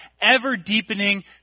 ever-deepening